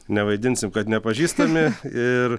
nevaidinsim kad nepažįstami ir